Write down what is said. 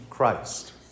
Christ